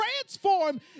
Transform